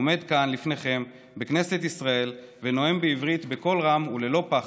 עומד כאן לפניכם בכנסת ישראל ונואם בעברית בקול רם וללא פחד.